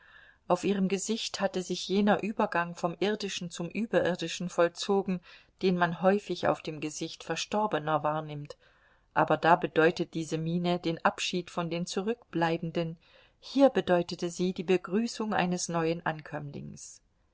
auf ihrem gesicht hatte sich jener übergang vom irdischen zum überirdischen vollzogen den man häufig auf dem gesicht verstorbener wahrnimmt aber da bedeutet diese miene den abschied von den zurückbleibenden hier bedeutete sie die begrüßung eines neuen ankömmlings